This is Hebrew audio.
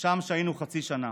ושם שהינו חצי שנה.